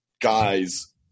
guys